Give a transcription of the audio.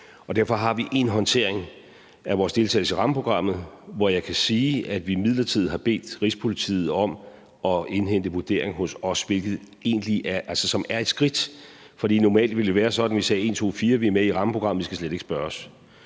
derfor har vi én håndtering af vores deltagelse i rammeprogrammet, hvor jeg kan sige, at vi midlertidigt har bedt Rigspolitiet om at indhente en vurdering hos os, hvilket er et skridt. For normalt ville det jo være sådan, at vi sagde en-to-fire, vi er med i rammeprogrammet, og at vi slet ikke skal spørges.